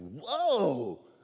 whoa